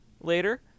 later